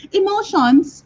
emotions